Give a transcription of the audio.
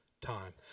Time